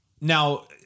now